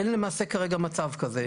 אין למעשה כרגע מצב כזה,